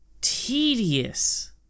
Tedious